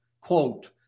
Quote